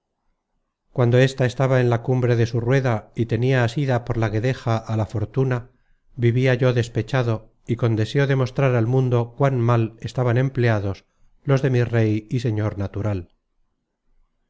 cuando ésta estaba en la cumbre de su rueda y tenia asida por la guedeja á la fortuna vivia yo despechado y con deseo de mostrar al mundo cuán mal estaban empleados los de mi rey y señor natural